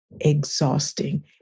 exhausting